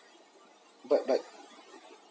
but but